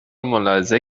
ملاحظه